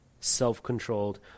self-controlled